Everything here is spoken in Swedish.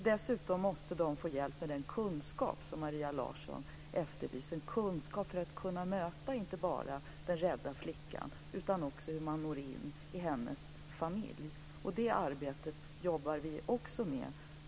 Dessutom måste de få hjälp med den kunskap som Maria Larsson efterlyser, en kunskap för att kunna möta inte bara den rädda flickan utan också för att nå in i hennes familj. Även detta arbetar vi nu med.